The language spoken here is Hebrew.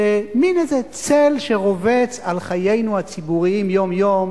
למין איזה צל שרובץ על חיינו הציבוריים יום-יום.